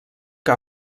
que